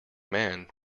man